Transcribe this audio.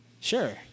Sure